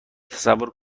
تصور